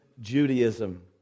Judaism